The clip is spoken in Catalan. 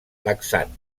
laxant